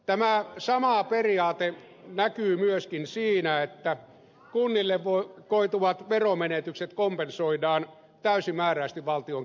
tämä sama periaate näkyy myöskin siinä että kunnille koituvat veromenetykset kompensoidaan täysimääräisesti valtion kirstusta